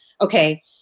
okay